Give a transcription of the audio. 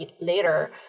later